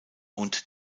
und